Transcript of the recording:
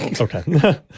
Okay